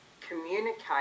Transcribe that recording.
communicate